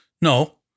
No